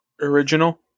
original